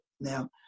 now